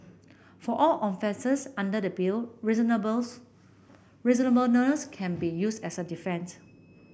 for all offences under the Bill reasonable's reasonableness can be used as a defend